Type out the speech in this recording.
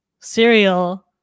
cereal